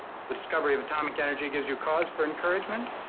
the discovery of atomic energy gives you cause for encouragement?